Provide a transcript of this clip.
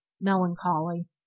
melancholy